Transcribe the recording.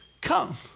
Come